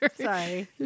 Sorry